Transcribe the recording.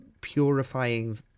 Purifying